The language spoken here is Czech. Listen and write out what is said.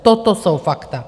Toto jsou fakta!